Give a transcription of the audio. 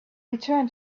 return